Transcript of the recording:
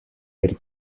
very